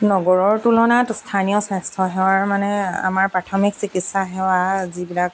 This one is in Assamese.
নগৰৰ তুলনাত স্থানীয় স্বাস্থ্যসেৱাৰ মানে আমাৰ প্ৰাথমিক চিকিৎসা সেৱা যিবিলাক